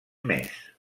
més